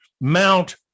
mount